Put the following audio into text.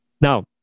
Now